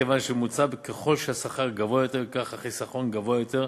כיוון שבממוצע ככל שהשכר גבוה יותר כך גם החיסכון גבוה יותר,